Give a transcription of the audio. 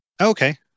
Okay